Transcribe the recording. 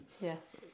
Yes